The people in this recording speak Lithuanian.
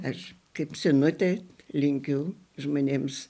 aš kaip senutė linkiu žmonėms